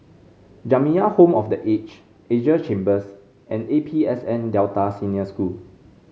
Jamiyah Home for The Aged Asia Chambers and A P S N Delta Senior School